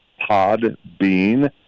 podbean